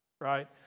right